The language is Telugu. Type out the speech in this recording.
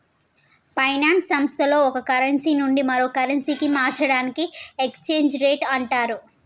ఫైనాన్స్ సంస్థల్లో ఒక కరెన్సీ నుండి మరో కరెన్సీకి మార్చడాన్ని ఎక్స్చేంజ్ రేట్ అంటరు